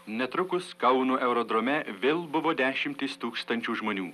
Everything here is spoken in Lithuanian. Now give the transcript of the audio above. netrukus kauno aerodrome vėl buvo dešimtys tūkstančių žmonių